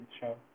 show